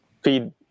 feed